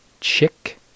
Chick